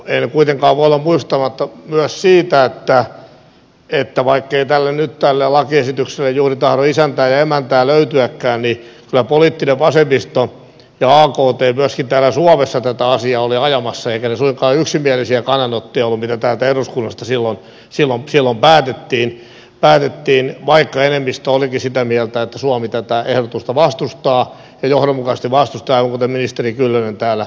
en kuitenkaan voi olla muistuttamatta myös siitä että vaikkei nyt tälle lakiesitykselle juuri tahdo isäntää ja emäntää löytyäkään niin kyllä poliittinen vasemmisto ja akt myöskin täällä suomessa tätä asiaa olivat ajamassa eivätkä ne suinkaan yksimielisiä kannanottoja olleet mitä täällä eduskunnassa silloin esitettiin vaikka enemmistö olikin sitä mieltä että suomi tätä ehdotusta vastustaa ja johdonmukaisesti vastustaa kuten ministeri kyllönen täällä kertoi